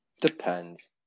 Depends